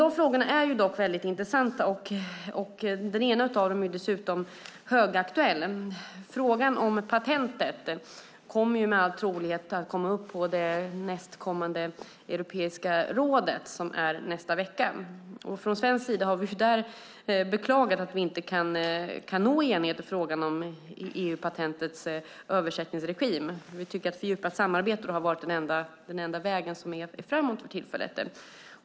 De frågorna är dock väldigt intressanta. Den ena av dem är dessutom högaktuell. Frågan om patentet kommer med all sannolikhet att komma upp på det nästkommande mötet i Europeiska rådet nästa vecka. Från svensk sida har vi beklagat att vi inte kan nå enighet i frågan om EU-patentets översättningsregim. Vi tycker att fördjupat samarbete är den enda vägen som leder framåt för tillfället.